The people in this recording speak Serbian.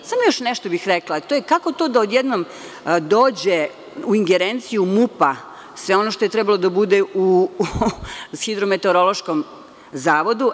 Samo nešto bih još rekla, kako to da odjednom dođe u ingerenciju MUP-a sve ono što bi trebalo da bude u Hidrometerološkom zavodu.